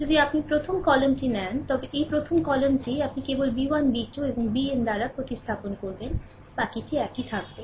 যদি আপনি প্রথম কলামটি নেন তবে এই প্রথম কলামটি আপনি কেবল b1 b2 এবং bn দ্বারা প্রতিস্থাপন করবেন বাকিটি একই থাকবে